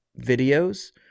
videos